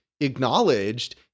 acknowledged